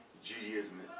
Judaism